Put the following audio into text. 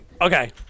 okay